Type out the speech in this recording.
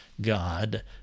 God